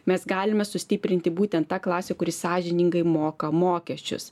mes galime sustiprinti būtent ta klasė kuri sąžiningai moka mokesčius